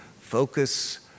focus